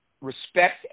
respect